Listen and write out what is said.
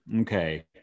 okay